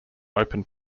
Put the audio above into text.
open